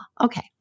Okay